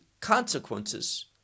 consequences